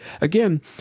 Again